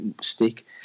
stick